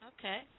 Okay